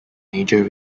major